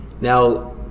now